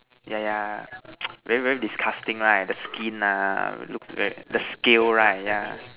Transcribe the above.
yeah yeah very very disgusting right the skin nah looks the scale right ya